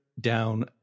down